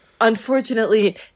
Unfortunately